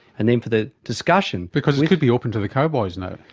and then for the discussion because we could be open to the cowboys now,